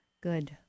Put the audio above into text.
Good